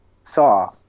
saw